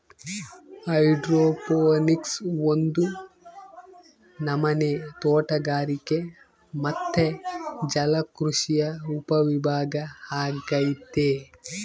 hydroponics ಒಂದು ನಮನೆ ತೋಟಗಾರಿಕೆ ಮತ್ತೆ ಜಲಕೃಷಿಯ ಉಪವಿಭಾಗ ಅಗೈತೆ